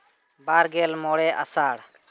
ᱵᱟᱨᱜᱮᱞ ᱢᱚᱬᱮ ᱟᱥᱟᱲ